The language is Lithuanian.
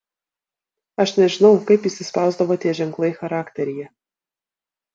aš nežinau kaip įsispausdavo tie ženklai charakteryje